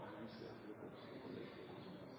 er det en